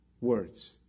words